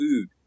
food